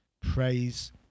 Praise